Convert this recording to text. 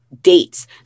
dates